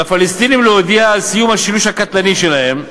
על הפלסטינים להודיע על סיום השילוש הקטלני שלהם: